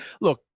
look